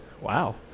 Wow